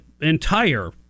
entire